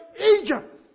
Egypt